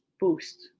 boost